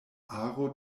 aro